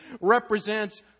represents